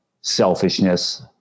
selfishness